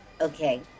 Okay